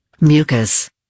mucus